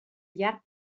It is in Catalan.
llarg